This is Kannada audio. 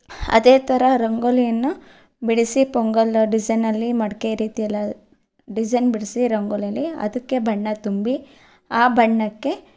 ಆದೇ ಥರ ರಂಗೋಲಿಯನ್ನು ಬಿಡಿಸಿ ಪೊಂಗಲ್ ಡಿಝೈನಲ್ಲಿ ಮಡಿಕೆ ರೀತಿಯೆಲ್ಲ ಡಿಝೈನ್ ಬಿಡಿಸಿ ರಂಗೋಲಿಯಲ್ಲಿ ಅದಕ್ಕೆ ಬಣ್ಣ ತುಂಬಿ ಆ ಬಣ್ಣಕ್ಕೆ